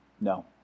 No